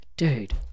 dude